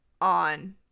on